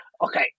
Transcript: okay